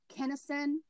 Kennison